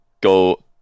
go